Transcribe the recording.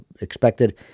expected